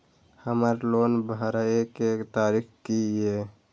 हमर लोन भरए के तारीख की ये?